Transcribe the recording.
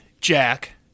Jack